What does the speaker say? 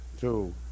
two